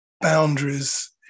boundaries